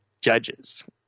judges